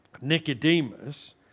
Nicodemus